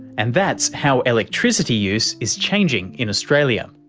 and that's how electricity use is changing in australia.